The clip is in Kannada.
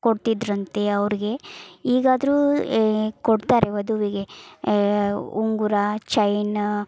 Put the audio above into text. ಕೊಡ್ತಿದ್ದರಂತೆ ಅವ್ರಿಗೆ ಈಗ್ಲಾದ್ರೂ ಕೊಡ್ತಾರೆ ವಧುವಿಗೆ ಉಂಗುರ ಚೈನ